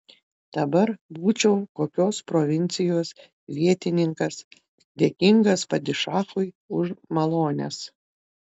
dabar būčiau kokios provincijos vietininkas dėkingas padišachui už malones